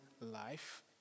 life